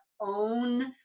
own